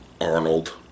Arnold